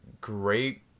great